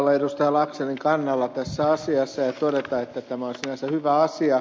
laxellin kannalla tässä asiassa ja todeta että tämä on sinänsä hyvä asia